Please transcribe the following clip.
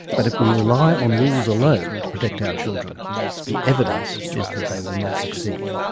but if we rely on rules alone to protect our children the evidence is that they will not succeed.